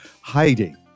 hiding